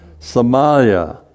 Somalia